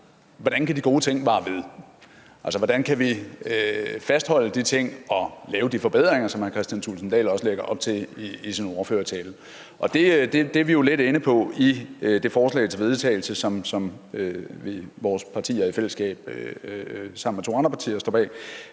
Hvordan kan de gode ting vare ved? Altså, hvordan kan vi fastholde de ting og lave de forbedringer, som hr. Kristian Thulesen Dahl også lægger op til i sin ordførertale. Det er vi lidt inde på i det forslag til vedtagelse, som vores partier i fællesskab sammen med to andre partier står bag,